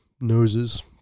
noses